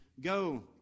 Go